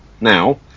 now